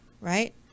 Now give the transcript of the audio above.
right